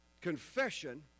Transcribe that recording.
Confession